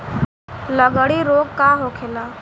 लगड़ी रोग का होखेला?